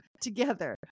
together